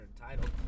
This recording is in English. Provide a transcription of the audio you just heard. entitled